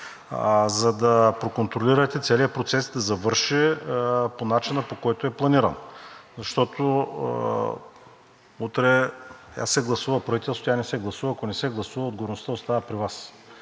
за да проконтролирате целия процес да завърши по начина, по който е планиран. Защото утре я се гласува правителство, я не се гласува. Ако не се гласува, отговорността остава при Вас